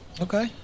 Okay